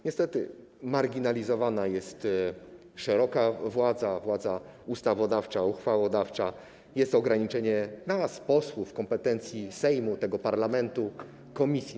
Niestety marginalizowana jest szeroka władza, władza ustawodawcza, uchwałodawcza, jest ograniczanie nas, posłów, kompetencji Sejmu, tego parlamentu, komisji.